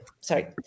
sorry